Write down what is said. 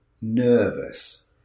nervous